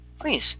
Please